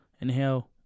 inhale